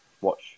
watch